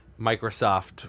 Microsoft